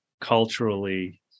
culturally